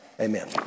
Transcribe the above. Amen